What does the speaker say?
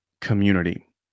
community